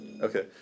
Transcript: Okay